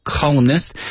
columnist